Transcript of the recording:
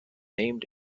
named